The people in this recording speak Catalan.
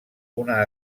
una